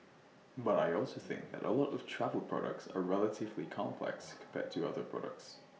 but I also think that A lot of travel products are relatively complex compared to other products